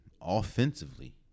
offensively